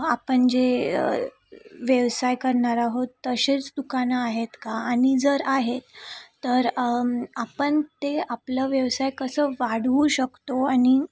आपण जे व्यवसाय करणार आहोत तशीच दुकानं आहेत का आणि जर आहेत तर आपण ते आपलं व्यवसाय कसं वाढवू शकतो आणि